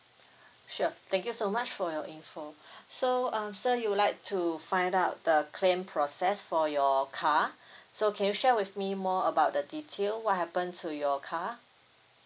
sure thank you so much for your info so um sir you would like to find out the claim process for your car so can you share with me more about the detail what happen to your car